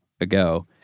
ago